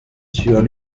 sur